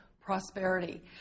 prosperity